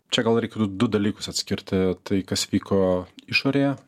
čia gal reikėtų du dalykus atskirti tai kas vyko išorėje